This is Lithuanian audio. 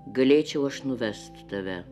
galėčiau aš nuvest tave